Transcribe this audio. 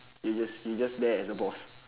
you're just you're just there as a boss